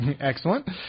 Excellent